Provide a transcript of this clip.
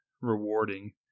rewarding